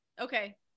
Okay